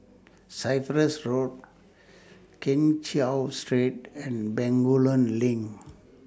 Cyprus Road Keng Cheow Street and Bencoolen LINK